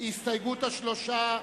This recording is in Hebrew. הסתייגות השלושה?